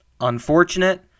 Unfortunate